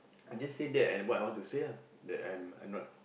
I just say that and what I want to say lah that I'm I'm not